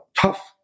Tough